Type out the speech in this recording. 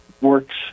works